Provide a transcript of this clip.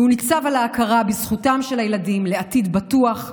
והיא ניצבת על ההכרה בזכותם של הילדים לעתיד בטוח,